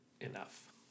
enough